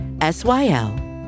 S-Y-L